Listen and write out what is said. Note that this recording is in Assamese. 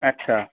আচ্ছা